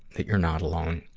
that you're not alone.